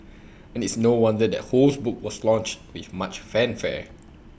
and it's no wonder that Ho's book was launched with much fanfare